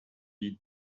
you